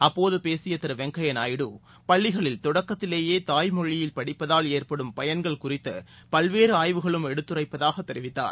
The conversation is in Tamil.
அப்போது பேசிய திரு வெங்கைய்ய நாயுடு பள்ளிகளில் தொடக்கத்திலேயே தாய்மொழியில் படிப்பதால் ஏற்படும் பயன்கள் குறித்து பல்வேறு ஆய்வுகளும் எடுத்துரைப்பதாக தெரிவித்தார்